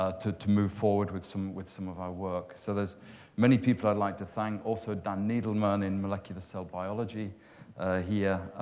ah to to move forward with some with some of our work. so there's many people i'd like to thank. also, dan needleman in molecular cell biology here,